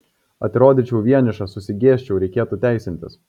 atrodyčiau vienišas susigėsčiau reikėtų teisintis